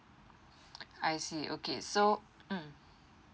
I see okay so mm